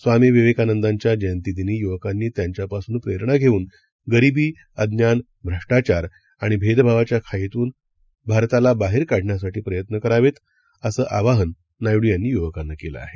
स्वामीविवेकानंदांच्याजयंतीदिनीयुवकांनीत्यांच्यापासूनप्रेरणाघेऊनगरिबी अज्ञान भ्रष्टाचारआणिभेदभावाच्याखाईतूनभारतालाबाहेरकाढण्यासाठीप्रयत्नकरावेत असंआवाहननायडूयांनीयुवकांनाकेलंआहे